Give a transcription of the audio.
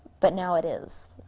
but now it is.